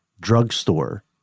drugstore